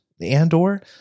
Andor